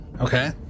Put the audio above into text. Okay